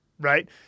right